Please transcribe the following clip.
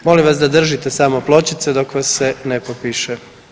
Molim vas da držite samo pločice dok vas se ne popiše.